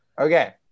Okay